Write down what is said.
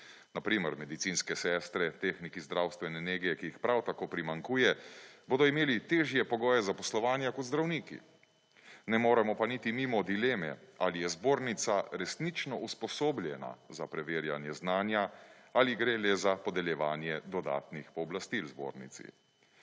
na primer medicinske sestre, tehniki zdravstvene nege, ki jih prav tako primanjkuje bodo imeli težje pogoje zaposlovanja kot zdravniki. Ne moremo pa niti mimo dileme ali je zbornica resnično usposobljena za preverjanje znanja ali gre le za podeljevanje dodatnih pooblastil zbornici.